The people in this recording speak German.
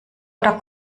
oder